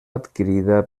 adquirida